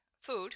food